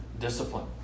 discipline